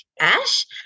Ash